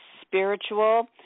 spiritual